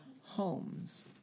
homes